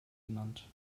genannt